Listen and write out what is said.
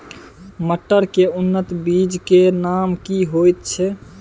मटर के उन्नत बीज के नाम की होयत ऐछ?